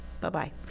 bye-bye